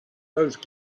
those